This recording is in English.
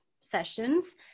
sessions